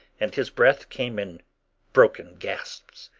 and his breath came in broken gasps.